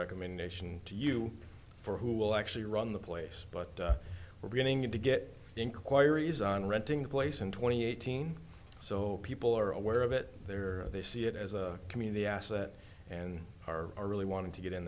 recommendation to you for who will actually run the place but we're beginning to get inquiries on renting the place in twenty eighteen so people are aware of it there they see it as a community asset and are really wanted to get in